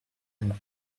and